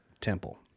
Temple